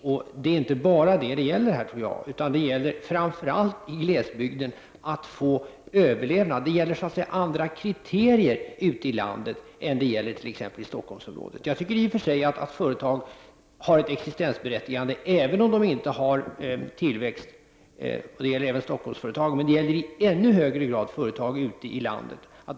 Det är dock inte bara detta det gäller här, utan här gäller det framför allt för glesbygden att överleva. Det är så att säga andra kriterier ute i landet än i t.ex. Storstockholmsområdet. Jag tycker i och för sig att företagen har sitt existensberättigande även om de inte har någon tillväxt. Det gäller även Stockholmsföretag och i ännu högre grad företagen ute i landet.